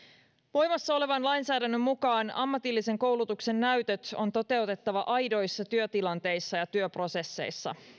voimassa olevan lainsäädännön mukaan ammatillisen koulutuksen näytöt on toteutettava aidoissa työtilanteissa ja työprosesseissa